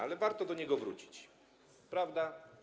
Ale warto do niego wrócić, prawda?